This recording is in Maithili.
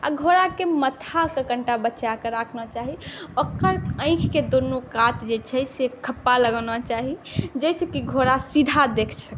आओर घोड़ाके माथाके कनिटा बचाके राखना चाही ओकर आँखिके दुनू कात जे छै से खप्पा लगाना चाही जाहिसँ कि घोड़ा सीधा देखि सकै